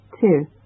Two